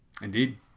Indeed